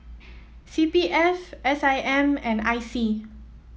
C P F S I M and I C